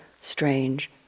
strange